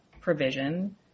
provision